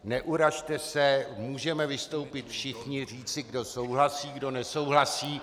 Neurazte se, můžeme vystoupit všichni, říci, kdo souhlasí, kdo nesouhlasí.